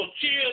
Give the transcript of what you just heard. cheers